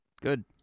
Good